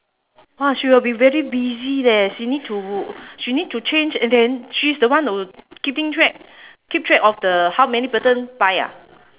!wah! she will be very busy leh she need to she need to change and then she's the one who keeping track keep track of the how many person buy ah